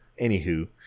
anywho